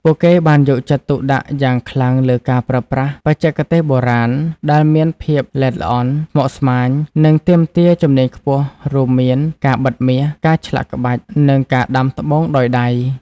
ពួកគេបានយកចិត្តទុកដាក់យ៉ាងខ្លាំងលើការប្រើប្រាស់ បច្ចេកទេសបុរាណ ដែលមានភាពល្អិតល្អន់ ស្មុគស្មាញ និងទាមទារជំនាញខ្ពស់ រួមមាន ការបិតមាស ការឆ្លាក់ក្បាច់ និងការដាំត្បូងដោយដៃ។